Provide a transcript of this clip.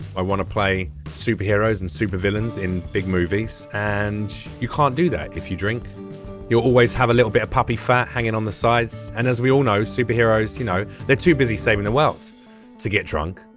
i want to play superheroes and supervillains in big movies. and you can't do that if you drink you'll always have a little bit of puppy fat hanging on the sides. and as we all know superheroes you know they're too busy saving the world to get drunk